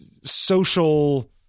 social